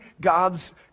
God's